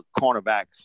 cornerbacks